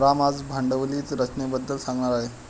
राम आज भांडवली रचनेबद्दल सांगणार आहे